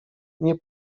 nie